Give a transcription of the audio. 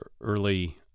early